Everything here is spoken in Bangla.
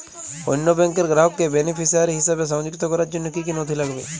অন্য ব্যাংকের গ্রাহককে বেনিফিসিয়ারি হিসেবে সংযুক্ত করার জন্য কী কী নথি লাগবে?